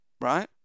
right